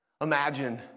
Imagine